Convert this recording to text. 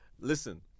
listen